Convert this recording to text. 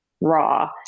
raw